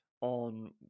on